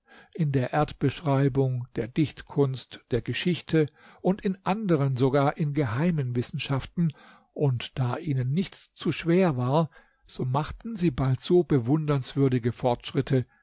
in der erdbeschreibung der dichtkunst der geschichte und in anderen sogar in geheimen wissenschaften und da ihnen nichts zu schwer war so machten sie bald so bewundernswürdige fortschritte